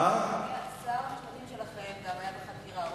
שר המשפטים שלכם גם היה בחקירה,